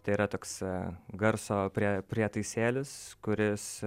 tai yra toks garso prie prietaisėlis kuris